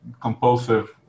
compulsive